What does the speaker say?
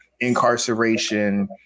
incarceration